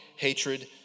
Hatred